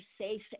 safe